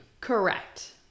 Correct